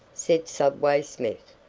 said subway smith.